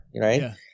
right